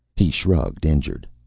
he shrugged, injured.